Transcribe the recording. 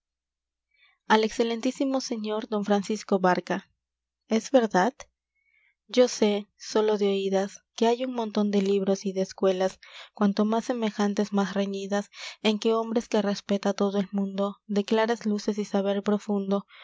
al excmo señor don francisco barca es verdad yo sé sólo de oidas que hay un monton de libros y de escuelas cuanto más semejantes más reñidas en que hombres que respeta todo el mundo de claras luces y saber profundo